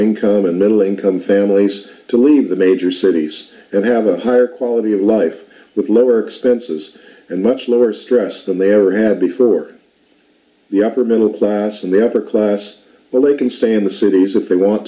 income and middle income families to leave the major cities and have a higher quality of life with lower expenses and much lower stress than they ever have before the upper middle class and the upper class where they can stay in the cities that they want